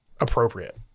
appropriate